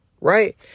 Right